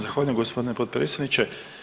Zahvaljujem gospodine potpredsjedniče.